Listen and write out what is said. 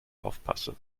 aufpasse